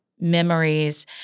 memories